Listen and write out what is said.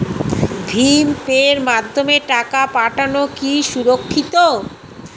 ভিম পের মাধ্যমে টাকা পাঠানো কি সুরক্ষিত?